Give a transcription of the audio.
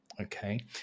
Okay